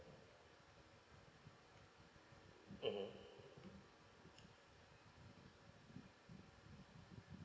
mmhmm